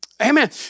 Amen